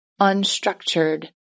unstructured